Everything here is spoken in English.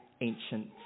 ancient